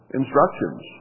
instructions